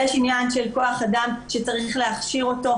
יש עניין של כח אדם שצריך להכשיר אותו,